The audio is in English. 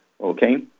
Okay